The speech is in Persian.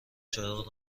چراغ